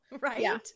Right